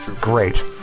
Great